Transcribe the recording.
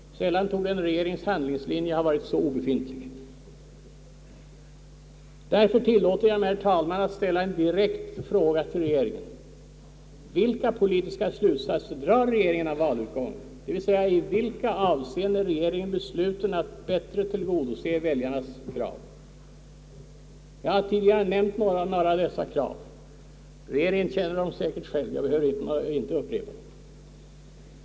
Sällan torde en regerings handlingslinje ha verkat så obefintlig. Därför tillåter jag mig, herr talman, att ställa en direkt fråga till regeringen: Vilka politiska slutsatser drar regeringen av valutgången, d. v. s. i vilka hänseenden är regeringen besluten att bättre tillgodose väljarnas krav? Jag har tidigare nämnt några av dessa krav. Regeringen känner dem säkert; jag behöver inte upprepa dem.